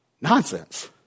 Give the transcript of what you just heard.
nonsense